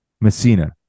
messina